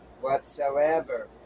Whatsoever